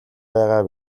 байгаа